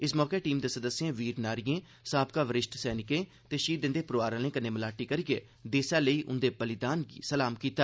इस मौके टीम दे सदस्यें वीर नारिएं साबका वरिष्ठ सैनिकें ते शहीदें दे परोआर आह्लें कन्नै मलाटी करियै देसै लेई उंदे बलिदान गी सलाम कीता